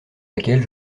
laquelle